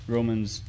Romans